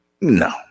No